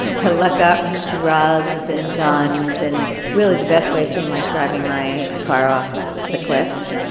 to look up drugs, and guns, and really the best way seemed like driving my car off the cliffs.